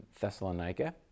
Thessalonica